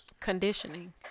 Conditioning